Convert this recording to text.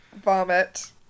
Vomit